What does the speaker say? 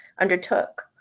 undertook